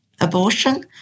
abortion